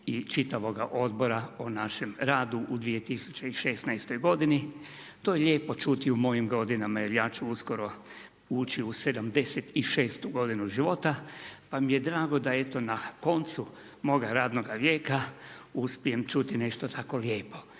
i čitavoga odbora o našem radu u 2016. godini. To je lijepo čuti u mojim godinama, jer ja ću uskoro ući u 76 godinu života, pa mi je drago da eto na koncu moga radnoga vijeka uspijem čuti nešto tako lijepo